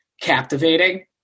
captivating